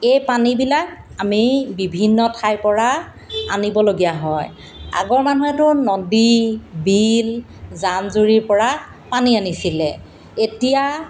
এই পানীবিলাক আমি বিভিন্ন ঠাইৰ পৰা আনিবলগীয়া হয় আগৰ মানুহেতো নদী বিল জান জুৰিৰ পৰা পানী আনিছিলে এতিয়া